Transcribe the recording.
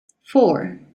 four